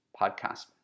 podcast